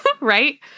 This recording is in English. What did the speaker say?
right